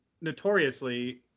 notoriously